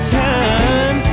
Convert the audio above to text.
time